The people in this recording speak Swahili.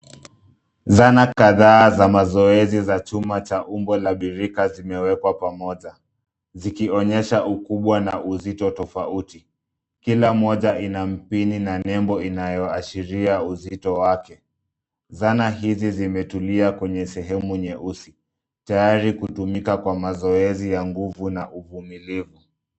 Zana kadhaa za mazoezi za chuma cha umbo la birika zimewekwa pamoja zikionyesha ukubwa na uzito tofauti. Kila mmoja ina mpini na nembo inayoashiria uzito wake. Zana hizi zimetulia kwenye sehemu nyeusi tayari kutumika kwa mazoezi ya nguvu na uvumilivu.